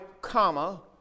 comma